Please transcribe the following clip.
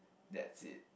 that's it